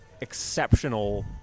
exceptional